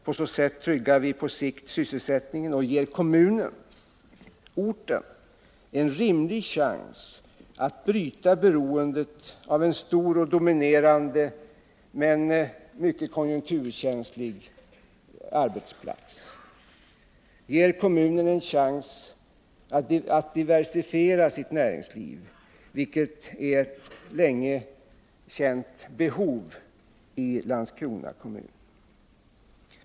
På så sätt tryggar vi på sikt sysselsättningen och ger kommunen och orten en rimlig chans att bryta beroendet av en stor och dominerande men mycket konjunkturkänslig arbetsplats; ger kommunen en chans att diversifiera sitt näringsliv, vilket är ett länge känt behov i Landskrona kommun.